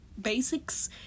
basics